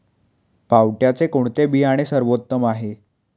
पावट्याचे कोणते बियाणे सर्वोत्तम आहे?